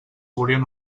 volien